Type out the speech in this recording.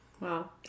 wow